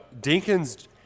Dinkins